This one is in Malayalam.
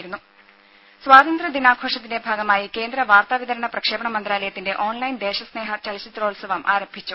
രുഭ സ്വാതന്ത്ര്യ ദിനാഘോഷത്തിന്റെ ഭാഗമായി കേന്ദ്ര വാർത്താ വിതരണ പ്രക്ഷേപണ മന്ത്രാലയത്തിന്റെ ഓൺലൈൻ ദേശ സ്നേഹ ചലച്ചിത്രോത്സവം ആരംഭിച്ചു